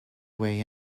way